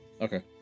Okay